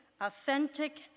authentic